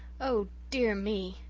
oh, dear me,